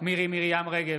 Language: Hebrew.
מירי מרים רגב,